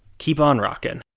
keep on rockin'.